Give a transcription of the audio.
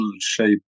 shape